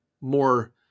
more